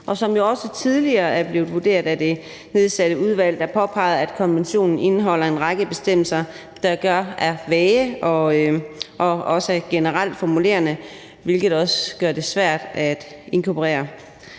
også tidligere er blevet vurderet af det nedsatte udvalg, der påpegede, at konventionen indeholder en række bestemmelser, der er vage og også er generelt formulerede, hvilket også gør det svært at inkorporere